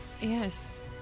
Yes